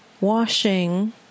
washing